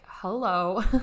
Hello